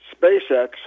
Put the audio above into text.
SpaceX